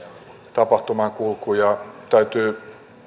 tapahtumainkulku ja täytyy